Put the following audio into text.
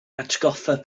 atgoffa